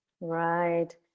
Right